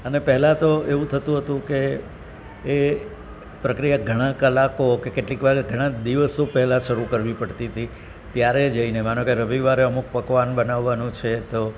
અને પહેલાં તો એવું થતું હતું કે એ પ્રક્રિયા ઘણા કલાકો કે કેટલીક વાર દિવસો પહેલાં શરૂ કરવી પડતી હતી ત્યારે જઈને માનો કે રવિવારે અમુક પકવાન બનાવવાનો છે તો